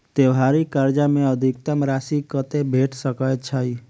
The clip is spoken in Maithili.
त्योहारी कर्जा मे अधिकतम राशि कत्ते भेट सकय छई?